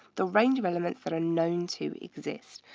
the range of elements that are known to exist.